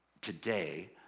today